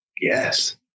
Yes